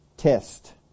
test